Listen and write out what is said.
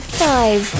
five